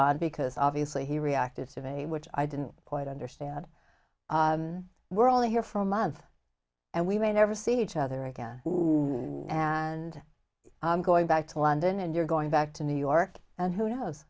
on because obviously he reacted survey which i didn't quite understand we're all here for a month and we may never see each other again and i'm going back to london and you're going back to new york and who knows